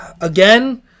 Again